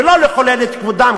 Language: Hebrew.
ולא לחלל את כבודם,